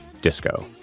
disco